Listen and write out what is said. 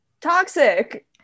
toxic